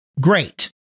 great